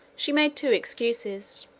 she made two excuses,